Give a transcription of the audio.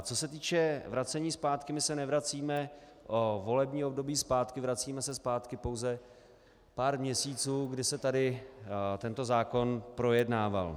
Co se týče vracení zpátky: my se nevracíme o volební období zpátky, vracíme se zpátky pouze pár měsíců, kdy se tady tento zákon projednával.